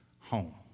home